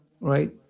right